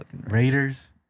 Raiders